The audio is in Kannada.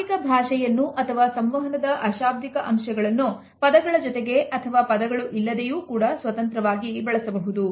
ಆಂಗಿಕ ಭಾಷೆಯನ್ನು ಅಥವಾ ಸಂವಹನದ ಅಶಾಬ್ದಿಕ ಅಂಶಗಳನ್ನು ಪದಗಳ ಜೊತೆಗೆ ಅಥವಾ ಪದಗಳು ಇಲ್ಲದೆಯೇ ಸ್ವತಂತ್ರವಾಗಿಯೂ ಕೂಡ ಬಳಸಬಹುದು